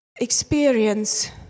experience